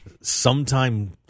sometime